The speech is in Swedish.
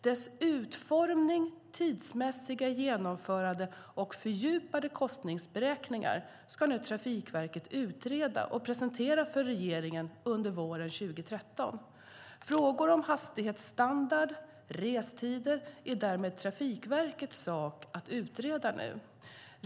Dess utformning, tidsmässiga genomförande och fördjupade kostnadsberäkningar ska nu Trafikverket utreda och presentera för regeringen under våren 2013. Frågor om hastighetsstandard och restider är därmed Trafikverkets sak att utreda nu.